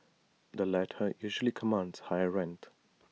the latter usually commands higher rent